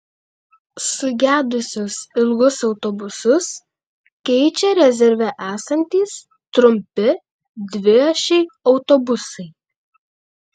sugedusius ilgus autobusus keičia rezerve esantys trumpi dviašiai autobusai